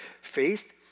faith